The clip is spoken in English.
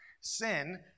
Sin